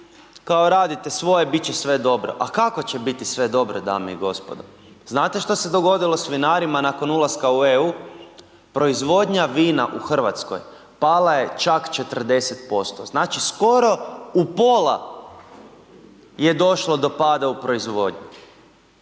kao radite svoje bit će sve dobro. A kako će biti sve dobro dame i gospodo? Znate što se dogodilo s vinarima nakon ulaska u EU, proizvodnja vina u Hrvatskoj pala je čak 40% znači skoro u pola je došlo do pada u proizvodnji.